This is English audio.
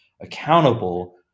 accountable